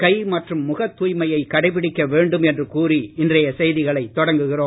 கை மற்றும் முகத் தூய்மையை கடைபிடிக்க வேண்டும் என்று கூறி இன்றைய செய்திகளை தொடங்குகிறோம்